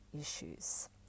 issues